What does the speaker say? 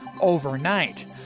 overnight